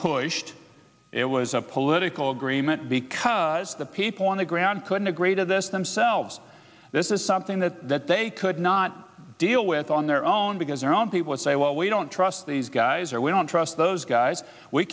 pushed it was a political agreement because the people on the ground could integrate of this themselves this is something that they could not deal with on their own because their own people say well we don't trust these guys or we don't trust those guys we